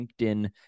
LinkedIn